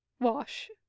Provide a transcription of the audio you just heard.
Wash